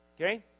okay